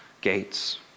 gates